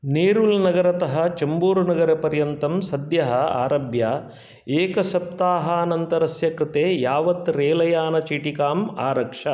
नेरूल् नगरतः चम्बूर् नगरतपर्यन्तं सद्यः आरभ्य एकसप्ताहानन्तरस्य कृते यावत् रेल यानचीटिकाम् आरक्ष